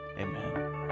amen